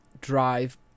drive